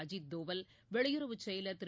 அஜீத் தோவல் வெளியுறவுச் செயலர் திரு